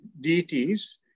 deities